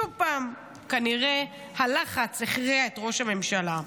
עוד פעם, כנראה הלחץ הכריע את ראש הממשלה.